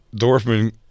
Dorfman